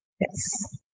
Yes